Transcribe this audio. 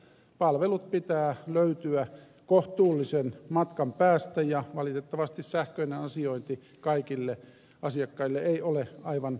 palvelujen pitää löytyä kohtuullisen matkan päästä ja valitettavasti sähköinen asiointi kaikille asiakkaille ei ole aivan helppoa